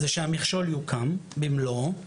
זה שהמכשול יוקם במלואו.